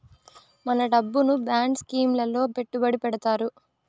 మన డబ్బును bond scheme లలో పెట్టుబడి పెడతారు